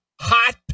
hot